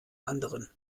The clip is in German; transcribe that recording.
anderen